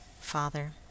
Father